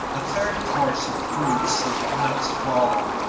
a third course of fruits and nuts followed,